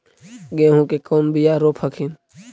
गेहूं के कौन बियाह रोप हखिन?